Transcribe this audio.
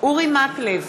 אורי מקלב,